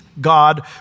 God